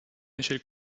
échelle